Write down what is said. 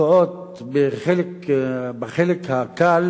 תקועות בחלק הקל